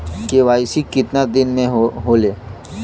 KYC कितना दिन में होले?